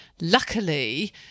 luckily